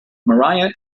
maria